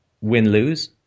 win-lose